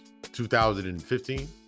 2015